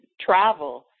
travel